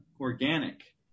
organic